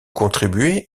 contribué